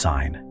Sign